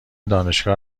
دانشگاه